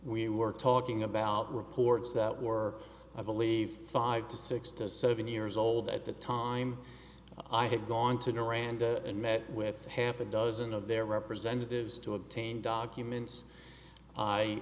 we were talking about reports that were i believe five to six to seven years old at the time i had gone to iran and met with half a dozen of their representatives to obtain documents i